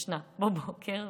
ישנה בבוקר,